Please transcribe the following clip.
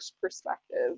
perspective